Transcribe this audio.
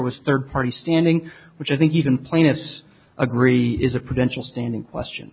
was third party standing which i think even plaintiffs agree is a potential stand in question